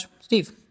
Steve